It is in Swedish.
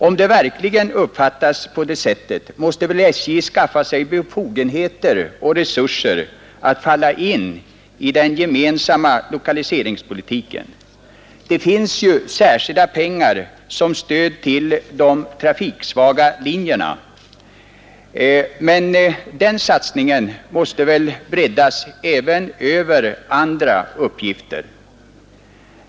Om det verkligen uppfattas på det sättet måste väl SJ skaffa sig befogenheter och resurser att falla in i den gemensamma lokaliseringspolitiken. Det finns ju särskilda pengar för stöd till de trafiksvaga linjerna, men den satsningen måste väl breddas även över andra uppgifter.